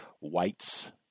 whites